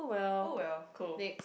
oh well cool